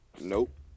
Nope